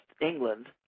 England